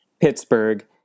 Pittsburgh